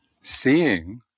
seeing